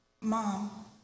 Mom